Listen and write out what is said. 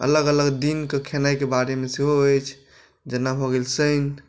अलग अलग दिनके खेनाइके बारेमे सेहो अछि जेना भऽ गेल शनि